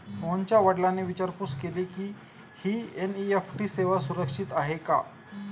मोहनच्या वडिलांनी विचारपूस केली की, ही एन.ई.एफ.टी सेवा सुरक्षित आहे का?